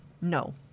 No